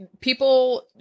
people –